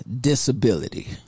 disability